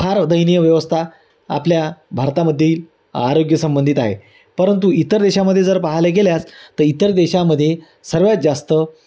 फार दयनीय व्यवस्था आपल्या भारतामधील आरोग्यसंबंधित आहे परंतु इतर देशामध्ये जर पाहायला गेल्यास तर इतर देशामध्ये सर्वात जास्त